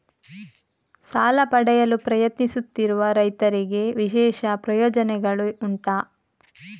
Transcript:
ಸಾಲ ಪಡೆಯಲು ಪ್ರಯತ್ನಿಸುತ್ತಿರುವ ರೈತರಿಗೆ ವಿಶೇಷ ಪ್ರಯೋಜನೆಗಳು ಉಂಟಾ?